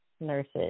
nurses